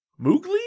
Moogly